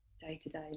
day-to-day